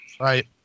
Right